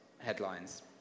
headlines